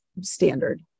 standard